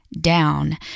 down